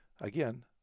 again